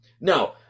no